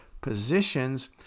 positions